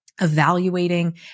evaluating